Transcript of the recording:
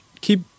keep